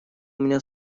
меня